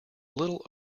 little